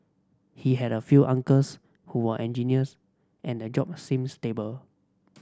he had a few uncles who were engineers and the job seemed stable